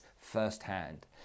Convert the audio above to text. firsthand